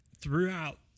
throughout